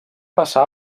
passar